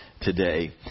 today